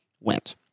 went